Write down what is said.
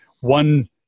one